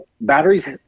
batteries